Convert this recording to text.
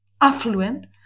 affluent